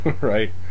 Right